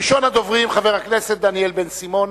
ראשון הדוברים, חבר הכנסת דניאל בן-סימון,